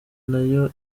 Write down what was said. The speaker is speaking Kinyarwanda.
nayo